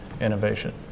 innovation